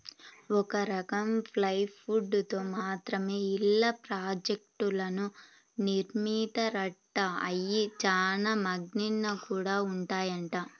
ఒక రకం ప్లైవుడ్ తో మాత్రమే ఇళ్ళ ప్రాజెక్టులను నిర్మిత్తారంట, అయ్యి చానా మన్నిగ్గా గూడా ఉంటాయంట